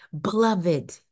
Beloved